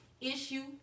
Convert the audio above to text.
issue